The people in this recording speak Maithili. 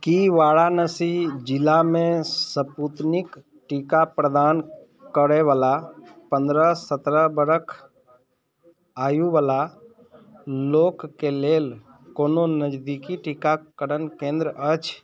की वाराणसी जिलामे एस्पूतनिक टीका प्रदान करैवला पनरह सतरह बरख आयुवला लोकके लेल कोनो नजदीकी टीकाकरण केन्द्र अछि